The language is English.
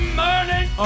morning